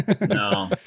no